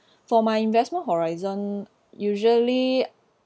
for my investment horizon usually